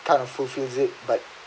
kind of fulfills it